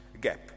gap